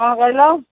କ'ଣ କହିଲ